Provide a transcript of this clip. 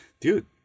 dude